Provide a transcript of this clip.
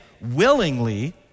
willingly